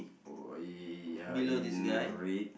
oh ya in red